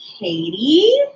Katie